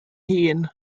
hun